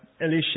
Elisha